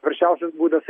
paprasčiausias būdas